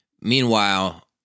meanwhile